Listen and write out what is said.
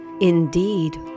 Indeed